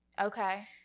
Okay